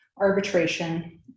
arbitration